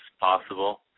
possible